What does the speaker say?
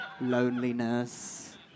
loneliness